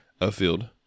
Afield